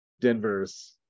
Denver's